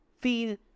feel